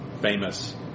famous